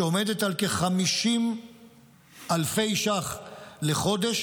שעומדת על כ-50,000 ש"ח לחודש